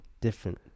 different